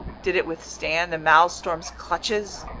did it withstand the maelstrom's clutches?